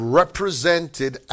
represented